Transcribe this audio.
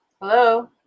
Hello